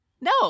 No